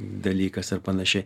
dalykas ar panašiai